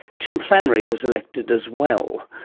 tim flannery was elected as well.